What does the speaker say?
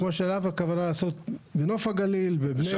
הכוונה לעשות בנוף הגליל, בבני ברק.